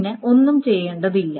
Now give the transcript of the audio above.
പിന്നെ ഒന്നും ചെയ്യേണ്ടതില്ല